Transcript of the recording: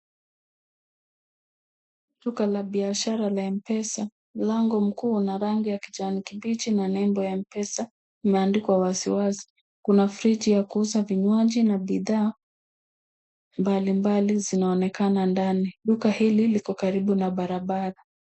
Duka la biashara la M-PESA, mlango mkuu una rangi ya kijani kibichi na nembo ya M-PESA imeandikwa wazi wazi. Kuna fridge ya kuuza vinywaji na bidhaa mbali mbali zinaonekana ndani. Duka hili liko karibu na barabara.